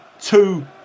two